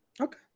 Okay